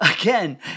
again